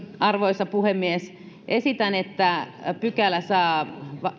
arvoisa puhemies esitän että pykälä saa